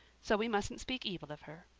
so we mustn't speak evil of her.